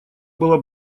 была